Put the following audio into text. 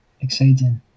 exciting